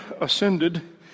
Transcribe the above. ascended